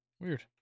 Weird